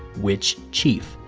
which chief?